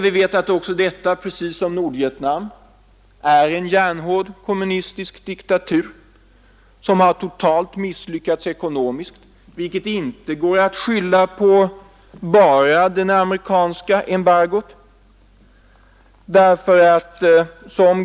Vi vet att också detta precis som Nordvietnam är en järnhård kommunistisk diktatur, som totalt misslyckats ekonomiskt, vilket inte går att skylla bara på det amerikanska embargot.